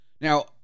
Now